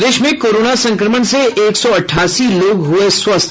प्रदेश में कोरोना संक्रमण से एक सौ अठासी लोग हुए स्वस्थ